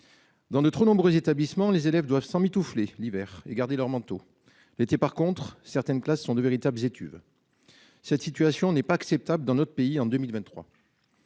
Dans de trop nombreux établissements les élèves doivent s'emmitoufler l'hiver et garder leurs manteaux était par contre certaines classes sont de véritables étuve. Cette situation n'est pas acceptable dans notre pays en 2023.